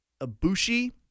Abushi